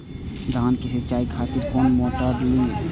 धान के सीचाई खातिर कोन मोटर ली?